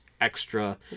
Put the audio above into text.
extra